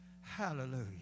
Hallelujah